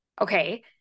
Okay